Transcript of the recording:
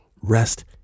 rest